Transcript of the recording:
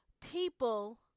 people